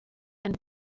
and